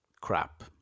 crap